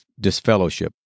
disfellowship